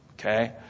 Okay